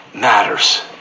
Matters